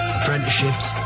apprenticeships